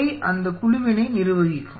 அவை அந்த குழுவினை நிர்வகிக்கும்